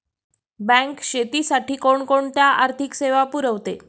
Bank शेतीसाठी कोणकोणत्या आर्थिक सेवा पुरवते?